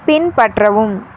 பின்பற்றவும்